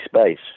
space